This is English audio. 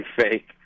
fake